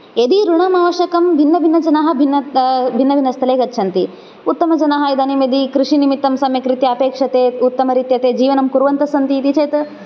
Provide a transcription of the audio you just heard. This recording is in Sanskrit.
यदि ॠणम् आवश्यकम् भिन्नभिन्नजनाः भिन्नभिन्नस्थले गच्छन्ति उत्तमजनाः इदानिं यदि कृषिनिमित्तं सम्यक् रीत्या अपेक्षते उत्तमरीत्या ते जीवनं कुर्वन्तः सन्ति इति चेत्